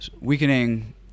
weakening